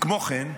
כמו כן,